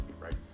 Right